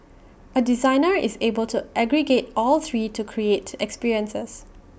A designer is able to aggregate all three to create experiences